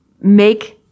make